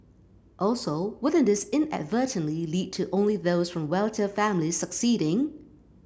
also wouldn't this inadvertently lead to only those from wealthier families succeeding